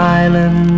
island